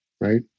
right